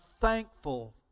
thankful